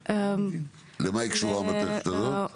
למה קשורה המתכת הזאת?